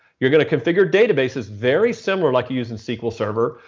you're going to configure databases very similar like you use in sql server.